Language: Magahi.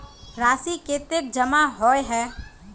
राशि कतेक जमा होय है?